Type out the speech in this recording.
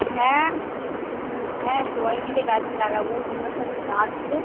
হ্যাঁ হ্যাঁ সবাই মিলে গাছ লাগাবো তোমরা সব আসবে